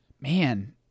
Man